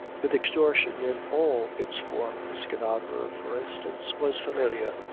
with extortion in all its forms skinadre, for instance, was familiar.